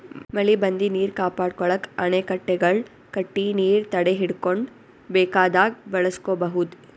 ಮಳಿ ಬಂದಿದ್ದ್ ನೀರ್ ಕಾಪಾಡ್ಕೊಳಕ್ಕ್ ಅಣೆಕಟ್ಟೆಗಳ್ ಕಟ್ಟಿ ನೀರ್ ತಡೆಹಿಡ್ಕೊಂಡ್ ಬೇಕಾದಾಗ್ ಬಳಸ್ಕೋಬಹುದ್